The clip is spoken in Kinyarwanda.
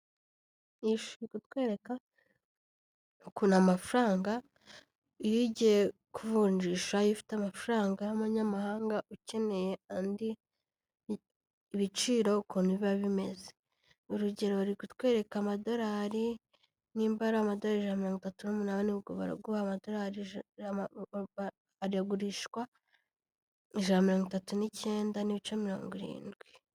Nishimiye kutwereka ukuntu amafaranga irigiye kuvunjisha iyofite amafaranga y'abanyamahanga ukeneye andi ibiciro ukuntu biba bimeze urugero bari kutwereka amadorari nimba amadolari mirongo itatu numunani ubwo baraguha amadorari aragurishwa mirongo itatu nicyenda n'ce mirongo irindwi.